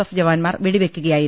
F ജവാന്മാർ വെടിവെക്കു കയായിരുന്നു